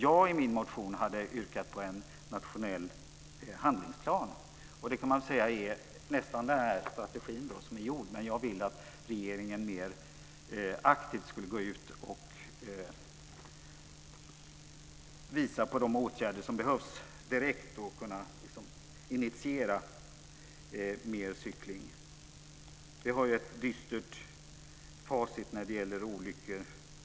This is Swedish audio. Jag hade i min motion yrkat på en nationell handlingsplan, och man kan säga att det nästan är samma sak som Vägverkets strategi. Men jag ville att regeringen mer aktivt skulle gå ut och visa på de åtgärder som behövs direkt och kunna initiera mer cykling. Vi har ett dystert facit över olyckor.